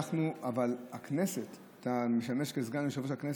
אבל הכנסת, ואתה משמש סגן יושב-ראש הכנסת,